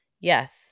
yes